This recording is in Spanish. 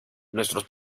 nuestros